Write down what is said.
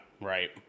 right